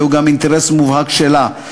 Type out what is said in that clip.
זהו גם אינטרס מובהק שלה,